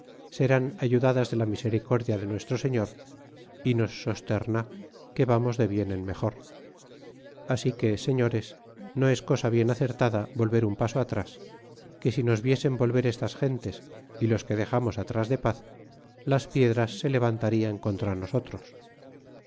serán ayudadas de la misericordia de nuestro señor y nos sorna que vamos de bien en mejor así que señores no es cosa bien acertada volver un paso aíras que si nos viesen volver estas gentes y los que dexamos atras de paz las piedras se levantarían contra nosotros